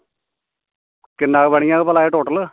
किन्ना बनी जाग भला ऐ टोटल